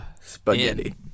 spaghetti